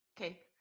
Okay